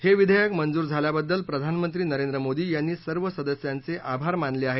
हे विधेयक मंजूर झाल्याबद्दल प्रधानमंत्री नरेंद्र मोदी यांनी सर्व सदस्यांचे आभार मानले आहेत